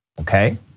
okay